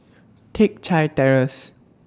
Teck Chye Terrace